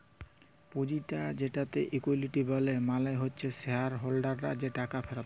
পুঁজিটা যেটাকে ইকুইটি ব্যলে মালে হচ্যে শেয়ার হোল্ডাররা যে টাকা ফেরত দেয়